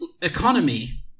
economy